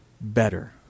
better